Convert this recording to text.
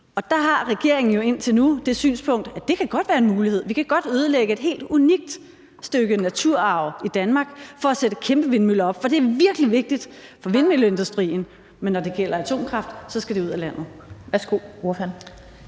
og der har regeringen jo indtil nu det synspunkt, at det godt kan være en mulighed; vi kan godt ødelægge et helt unikt stykke naturarv i Danmark for at sætte kæmpevindmøller op, for det er virkelig vigtigt for vindmølleindustrien, men når det gælder atomkraft, skal det ud af landet.